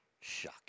Shocking